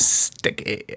sticky